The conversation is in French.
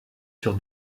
sur